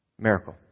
miracle